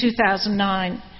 2009